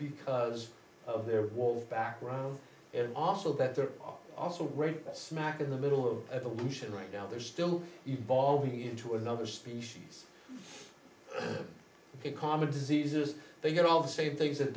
because of their wall back right also better off also right smack in the middle of evolution right now they're still evolving into another species common diseases they get all the same things that